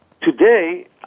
today